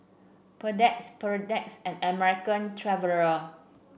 Perdex Perdex and American Traveller